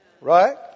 Right